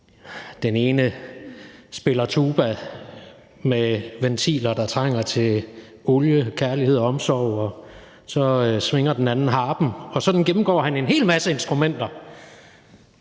den ene spiller tuba med ventiler, der trænger til olie, kærlighed og omsorg, og så svinger den anden harpen. Og sådan gennemgår han en hel masse instrumenter,